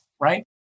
Right